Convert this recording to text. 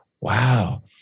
Wow